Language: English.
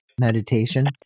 meditation